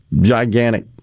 gigantic